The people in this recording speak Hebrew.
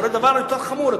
קורה דבר יותר חמור,